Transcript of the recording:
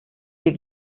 hier